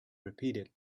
repeated